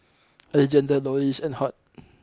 Alejandra Loris and Hart